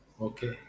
Okay